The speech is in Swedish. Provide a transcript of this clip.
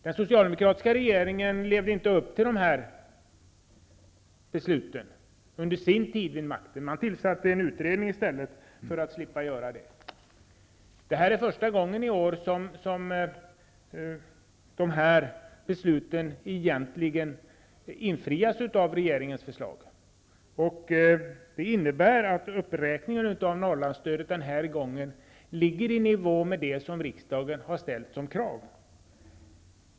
Den socialdemokratiska regeringen levde inte upp till de här besluten under sin tid vid makten. För att slippa göra det tillsatte den i stället en utredning. I år är det första gången som besluten förverkligas, i och med regeringens förslag. Det innebär att uppräkningen av Norrlandsstödet den här gången ligger i nivå med det som riksdagen har ställt som krav.